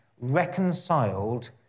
reconciled